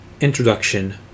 Introduction